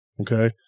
okay